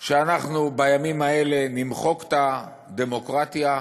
שאנחנו בימים האלה נמחק את הדמוקרטיה,